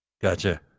gotcha